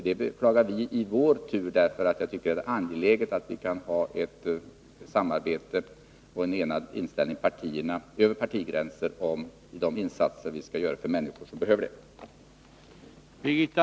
Det beklagar vi — vi tycker att det är angeläget att vi kan samarbeta över partigränserna och vara eniga om de insatser vi bör göra för människorna.